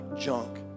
junk